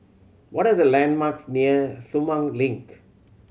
what are the landmarks near Sumang Link